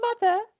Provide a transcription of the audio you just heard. mother